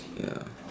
ya